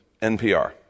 NPR